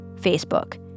Facebook—